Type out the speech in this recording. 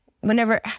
whenever